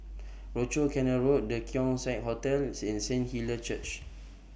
Rochor Canal Road The Keong Saik Hotel and Saint Hilda's Church